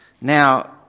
Now